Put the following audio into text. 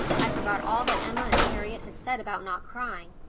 i forgot all that emma and harriet had said about not crying,